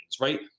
right